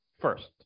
First